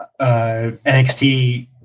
NXT